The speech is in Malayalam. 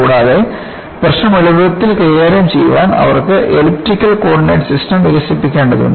കൂടാതെ പ്രശ്നം എളുപ്പത്തിൽ കൈകാര്യം ചെയ്യാൻ അവർക്ക് എലിപ്റ്റിക്കൽ കോർഡിനേറ്റ് സിസ്റ്റം വികസിപ്പിക്കേണ്ടതുണ്ട്